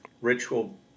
ritual